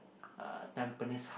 uh Tampines Hub